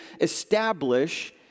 establish